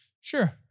Sure